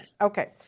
Okay